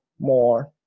more